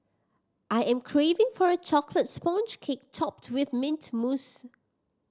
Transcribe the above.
I am craving for a chocolate sponge cake topped with mint mousse